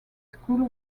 school